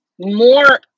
more